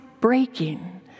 breaking